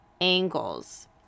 angles